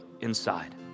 inside